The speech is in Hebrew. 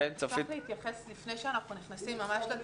אני מבקשת להתייחס לפני שאנחנו נכנסים ממש לתקנות.